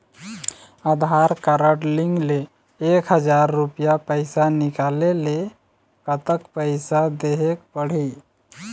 आधार card link ले एक हजार रुपया पैसा निकाले ले कतक पैसा देहेक पड़ही?